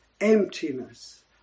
emptiness